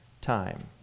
time